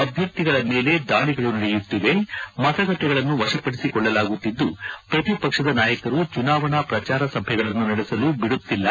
ಅಭ್ವರ್ಥಿಗಳ ಮೇಲೆ ದಾಳಗಳು ನಡೆಯುತ್ತಿವೆ ಮತಗಟ್ಟೆಗಳನ್ನು ವಶಪಡಿಸಿಕೊಳ್ಳಲಾಗುತ್ತಿದ್ದು ಪ್ರತಿಪಕ್ಷದ ನಾಯಕರು ಚುನಾವಣಾ ಪ್ರಚಾರ ಸಭೆಗಳನ್ನು ನಡೆಸಲು ಬಿಡುತ್ತಿಲ್ಲ